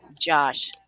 Josh